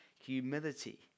humility